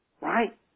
right